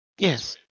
Yes